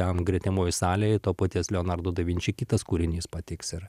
ten gretimoj salėj to paties leonardo davinči kitas kūrinys patiks ir